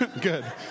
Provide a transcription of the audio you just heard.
good